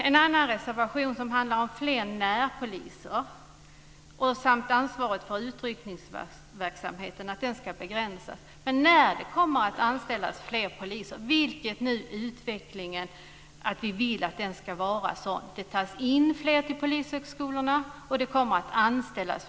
En annan reservation handlar om fler närpoliser och om en begränsning av ansvaret för utryckningsverksamheten. Vi önskar att det ska anställas fler poliser. Det kommer att tas in fler studerande till högskolorna, och fler poliser kommer att anställas.